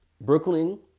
Brooklyn